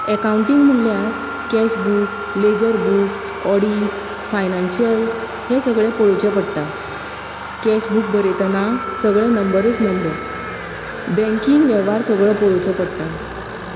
accounting म्हणल्यार cash book ledger book audit financial हें सगळे पळोवचे पडटा कॅश बूक बरयतना सगळे नंबरूच नंबर बँकींग वेव्हार सगळो पळोवचो पडटा